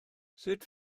sut